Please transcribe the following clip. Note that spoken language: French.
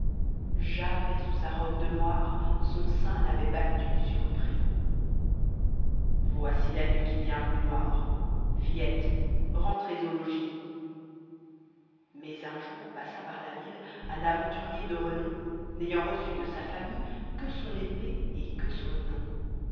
jamais sous sa robe de moire son sein n'avait battu surpris voici la nuit mais un jour passa par la ville un aventurier de renom n'ayant reçu de sa famille oue son épée et que son nom